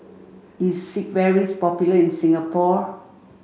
is Sigvaris popular in Singapore